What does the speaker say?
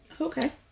Okay